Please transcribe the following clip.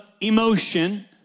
emotion